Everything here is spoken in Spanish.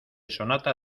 sonata